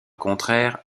contraire